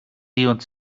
und